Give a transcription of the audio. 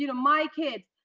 you know my kids,